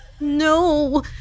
No